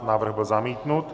Návrh byl zamítnut.